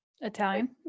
Italian